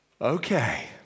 Okay